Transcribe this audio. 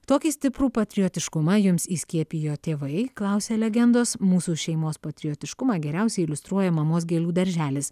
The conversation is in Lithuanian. tokį stiprų patriotiškumą jums įskiepijo tėvai klausia legendos mūsų šeimos patriotiškumą geriausiai iliustruoja mamos gėlių darželis